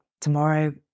tomorrow